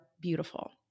beautiful